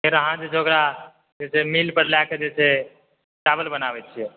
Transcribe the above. फेर अहाँ जे छै ओकरा जे छै से मिल पर लए जाके जे छै से चावल बनाबै छियै